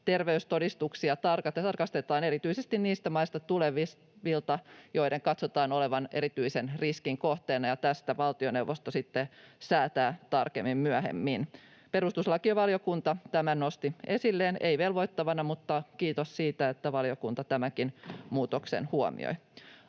terveystodistuksia tarkastetaan erityisesti niistä maista tulevilta, joiden katsotaan olevan erityisen riskin kohteena, ja tästä valtioneuvosto sitten säätää tarkemmin myöhemmin. Perustuslakivaliokunta tämän nosti esille, ei velvoittavana, mutta kiitos siitä, että valiokunta tämäkin muutoksen huomioi.